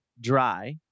dry